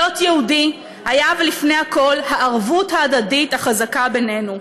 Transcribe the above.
להיות יהודי היה לפני הכול הערבות ההדדית החזקה בינינו.